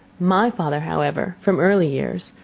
my father, however, from early years,